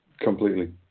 completely